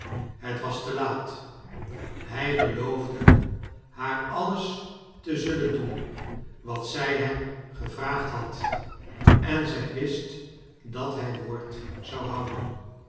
bet was te laat hij beloofde baar alles te zullen doen wat zij hem gevraagd bad en zij wist dat hij woord zou bouden